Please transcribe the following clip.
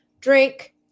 drink